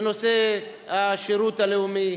ונושא השירות הלאומי,